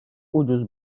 ucuz